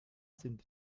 sind